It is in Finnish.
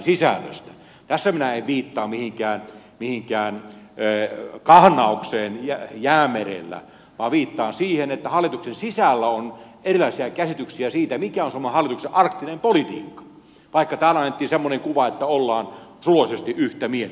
tässä minä en viittaa mihinkään kahnaukseen jäämerellä vaan viittaan siihen että hallituksen sisällä on erilaisia käsityksiä siitä mikä on suomen hallituksen arktinen politiikka vaikka täällä annettiin semmoinen kuva että ollaan suloisesti yhtä mieltä